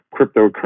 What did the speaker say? cryptocurrency